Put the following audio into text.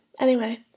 Anyway